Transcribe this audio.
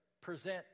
present